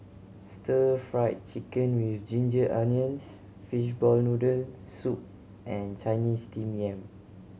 Stir Fried Chicken With Ginger Onions fishball noodle soup and Chinese Steamed Yam